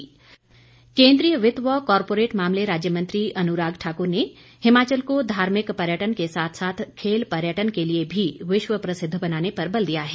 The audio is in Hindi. अन्राग ठाक्र केंद्रीय वित्त व कारपोरेट मामले राज्य मंत्री अनुराग ठाकुर ने हिमाचल को धार्मिक पर्यटन के साथ साथ खेल पर्यटन के लिए भीव विश्व प्रसिद्व बनाने पर बल दिया है